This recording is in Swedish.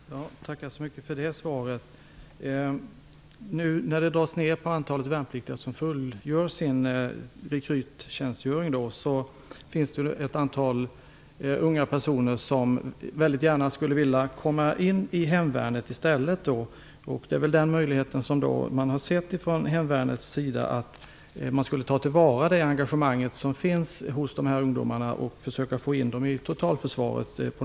Herr talman! Jag tackar så mycket för det sva ret. Nu när antalet värnpliktiga som fullgör sin re kryttjänstgöring dras ned, finns det ett antal unga personer som väldigt gärna skulle vilja komma in i hemvärnet i stället. Man har väl från hemvärnets sida tyckt att man skulle ta till vara det engage mang som finns hos dessa ungdomar och på något sätt försöka få in dem i totalförsvaret.